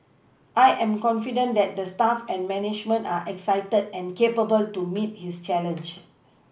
I am confident that the staff and management are excited and capable to meet this challenge